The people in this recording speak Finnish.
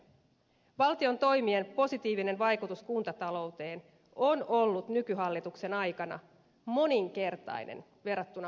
valtion toimien positiivinen vaikutus kuntatalouteen on ollut nykyhallituksen aikana moninkertainen verrattuna punamultahallitukseen